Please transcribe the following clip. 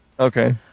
Okay